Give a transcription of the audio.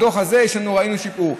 בדוח הזה ראינו שיפור.